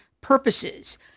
purposes